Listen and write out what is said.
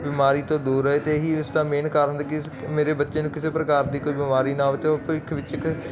ਬਿਮਾਰੀ ਤੋਂ ਦੂਰ ਰਹੇ ਤੇ ਇਹੀ ਉਸ ਦਾ ਮੇਨ ਕਾਰਨ ਮੇਰੇ ਬੱਚੇ ਨੂੰ ਕਿਸੇ ਪ੍ਰਕਾਰ ਦੀ ਕੋਈ ਬਿਮਾਰੀ ਨਾ ਹੋਵੇ ਤੇ ਉਹ ਭਵਿੱਖ ਵਿੱਚ ਇਕ